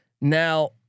Now